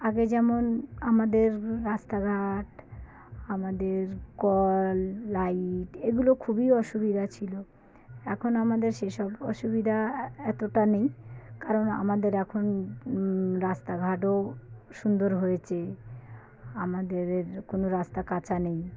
আগে যেমন আমাদের রাস্তাঘাট আমাদের কল লাইট এগুলো খুবই অসুবিধা ছিল এখন আমাদের সে সব অসুবিধা এতটা নেই কারণ আমাদের এখন রাস্তাঘাটও সুন্দর হয়েছে আমাদের কোনো রাস্তা কাঁচা নেই